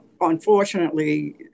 Unfortunately